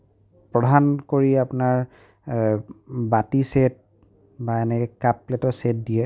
প্ৰধানকৈ আপোনাৰ বাতি চেট বা এনেকে কাপ প্লেটৰ চেট দিয়ে